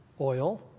oil